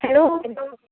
hello hello